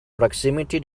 proximity